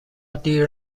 دیر